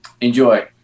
Enjoy